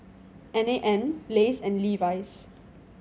N A N Lays and Levi's